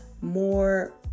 more